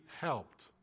helped